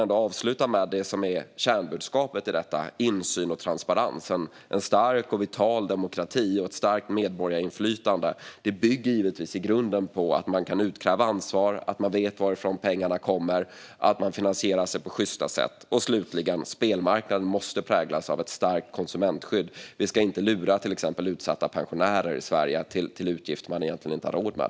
Låt mig avsluta med kärnbudskapet i detta: insyn och transparens. En stark och vital demokrati och ett starkt medborgarinflytande bygger i grunden på att vi kan utkräva ansvar, att vi vet varifrån pengarna kommer och att partierna finansierar sig på sjysta sätt. Slutligen måste spelmarknaden präglas av ett starkt konsumentskydd. Vi ska exempelvis inte lura på utsatta pensionärer i Sverige utgifter de egentligen inte har råd med.